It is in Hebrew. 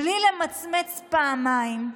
בלי למצמץ פעמיים,